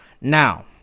Now